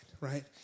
right